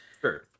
Sure